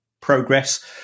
progress